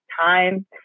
time